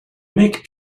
make